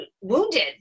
wounded